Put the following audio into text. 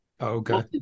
okay